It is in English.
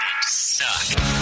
suck